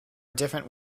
different